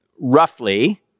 roughly